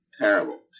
Terrible